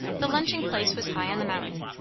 the lunching place was high on the mountain,